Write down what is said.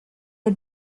had